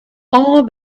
all